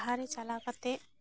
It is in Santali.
ᱡᱟᱦᱟᱸ ᱨᱮ ᱪᱟᱞᱟᱣ ᱠᱟᱛᱮ